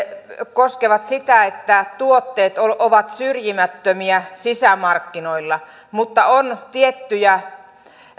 koskevat sitä että tuotteet ovat syrjimättömiä sisämarkkinoilla mutta on tiettyjä